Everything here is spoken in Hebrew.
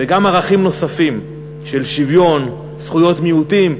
גם ערכים נוספים של שוויון, זכויות מיעוטים.